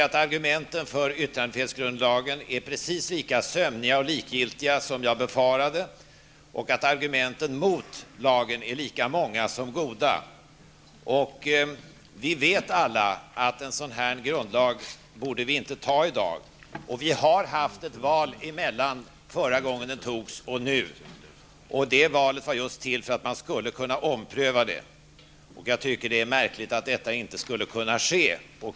Argumenten för yttrandefrihetsgrundlagen är precis lika sömniga och likgiltiga som jag befarade, och argumenten mot lagen är lika många som goda. Vi vet alla att vi inte i dag borde fatta beslut om en sådan här grundlag. Vi har haft ett val mellan förra gången riksdagen fattade beslut om lagen och nu, och det valet var just till för att beslutet skulle kunna omprövas. Jag tycker därför att det är märkligt att det inte skulle kunna ske.